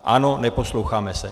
Ano, neposloucháme se.